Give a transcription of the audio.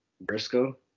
Briscoe